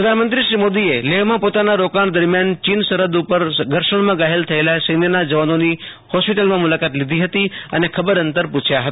પ્રધાનમંત્રી શ્રી મોદીએ લેહમાં પોતાના રોકાણ દરમિયાન ચીન સરહદ ઉપર ધર્ષણમાં ઘાયલ થયેલા સૈન્યના જવાનોની હોસ્પિટલમાં મુલાકાત લીધી હતી અને ખબરઅંતર પૂછ્યા હતા